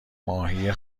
ماهی